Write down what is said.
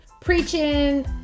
preaching